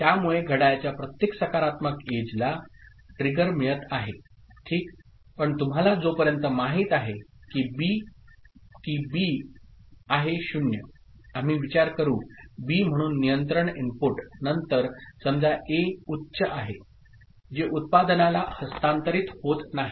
त्यामुळे घडाळ्याच्या प्रत्येक सकारात्मक एज ला ट्रिगर मिळत आहे ठीक पणतुम्हाला जोपर्यंत माहीत आहे की बआहे0 आम्ही विचार करू बी म्हणून नियंत्रण इनपुटनंतर समजा A उच्च आहे जेउत्पादनाला हस्तांतरित होत नाही